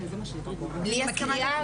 אני מקריאה,